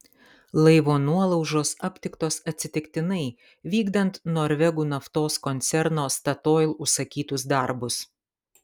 laivo nuolaužos aptiktos atsitiktinai vykdant norvegų naftos koncerno statoil užsakytus darbus